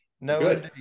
No